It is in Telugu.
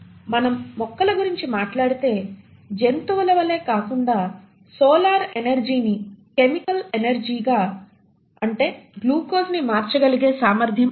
మనం మొక్కలు గురించి మాట్లాడితే జంతువుల వలె కాకుండా సోలార్ ఎనర్జీ ని కెమికల్ ఎనర్జీగా అంటే గ్లూకోస్ ని మార్చగలిగే సామర్ధ్యం ఉంది